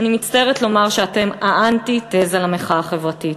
אני מצטערת לומר שאתן האנטיתזה למחאה החברתית.